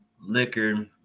liquor